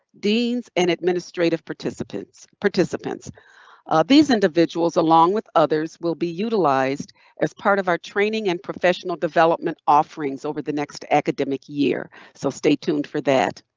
deans, and administrative participants. these individuals along with others will be utilized as part of our training and professional development offerings over the next academic year. so stay tuned for that.